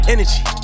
Energy